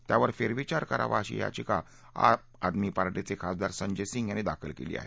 त्यावर फेरविचार करावा अशी याचिका आम आदमी पार्टीचे खासदार संजय सिंग यांनी दाखल केली आहे